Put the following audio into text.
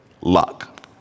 Luck